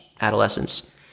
adolescence